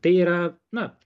tai yra na